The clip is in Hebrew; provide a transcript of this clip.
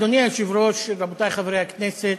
אדוני היושב-ראש, רבותי חברי הכנסת,